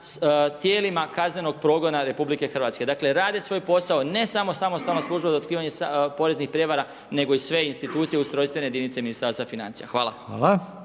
tijelima kaznenog progona RH. Dakle rade svoj posao, ne samo samostalna služba za otkrivanje poreznih prijevara nego i sve institucije i ustrojstvene jedinice Ministarstva financija. Hvala.